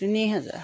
তিনি হেজাৰ